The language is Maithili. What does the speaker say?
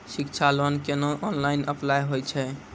शिक्षा लोन केना ऑनलाइन अप्लाय होय छै?